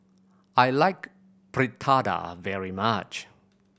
I like Fritada very much